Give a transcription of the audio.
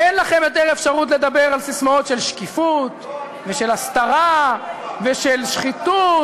אין לכם יותר אפשרות לדבר על ססמאות של שקיפות ושל הסתרה ושל שחיתות.